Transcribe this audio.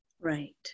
Right